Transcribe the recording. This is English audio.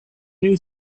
new